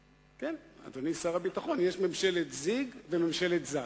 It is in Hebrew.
אדוני שר הביטחון, יש ממשלת זיג וממשלת זג.